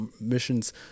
missions